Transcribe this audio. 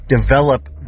develop